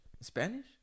Spanish